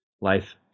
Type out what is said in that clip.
life